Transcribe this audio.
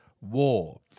war